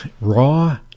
raw